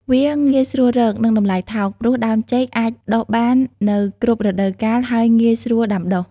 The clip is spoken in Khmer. វាងាយស្រួលរក និងតម្លៃថោក ព្រោះដើមចេកអាចដុះបាននៅគ្រប់រដូវកាល ហើយងាយស្រួលដាំដុះ។